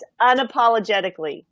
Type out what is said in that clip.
unapologetically